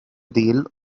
deal